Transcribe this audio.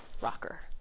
rocker